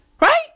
Right